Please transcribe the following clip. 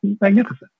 magnificent